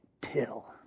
Till